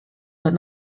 but